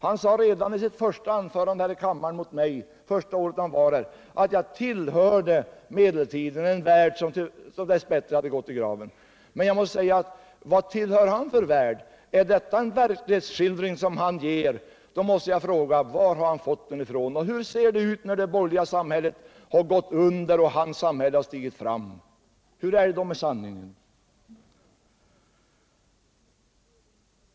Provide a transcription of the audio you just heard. Han sade redan i sitt första anförande här i kammaren mot mig — det första året han var här — att jag tillhörde medeltiden, en värld som dess bättre hade gått i graven. Men vad tillhör han för värld? Är detta en verlighetsskildring som han ger, då måste jag fråga: Var har han fått den ifrån? Och hur ser det ut när det borgerliga samhället har gått under och hans samhälle har stigit fram? Hur är det då med sanningen?